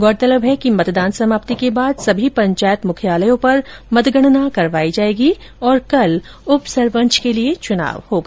गौरतलब है कि मतदान समाप्ति के बाद सभी पंचायत मुख्यालयों पर मतगणना करवाई जाएगी और कल उपसरपंच का चुनाव होगा